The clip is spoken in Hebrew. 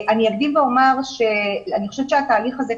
אני אקדים ואומר שאני חושבת שהתהליך הזה,